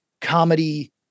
comedy